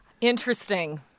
Interesting